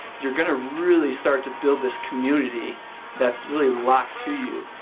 you're going to really start to build this community that's really locked to you.